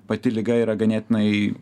pati liga yra ganėtinai